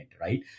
right